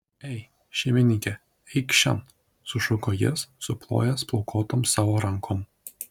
ei šeimininke eik šen sušuko jis suplojęs plaukuotom savo rankom